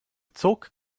zog